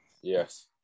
Yes